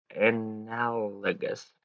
analogous